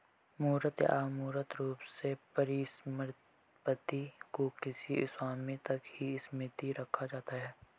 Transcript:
मूर्त या अमूर्त रूप से परिसम्पत्ति को किसी स्वामी तक ही सीमित रखा जाता है